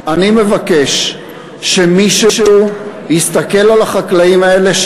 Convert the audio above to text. אני מבקש שמישהו יסתכל על החקלאים האלה,